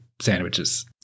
sandwiches